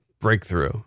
Breakthrough